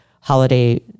holiday